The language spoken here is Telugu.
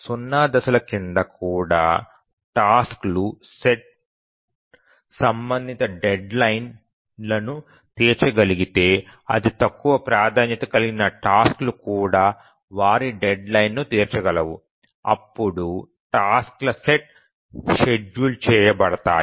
0 దశల కింద కూడా టాస్క్లు సెట్ సంబంధిత డెడ్ లైన్ లను తీర్చగలిగితే అతి తక్కువ ప్రాధాన్యత కలిగిన టాస్క్ లు కూడా వారి డెడ్ లైన్ లను తీర్చగలవు అప్పుడు టాస్క్ ల సెట్ షెడ్యూల్ చేయబడతాయి